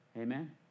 Amen